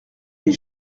les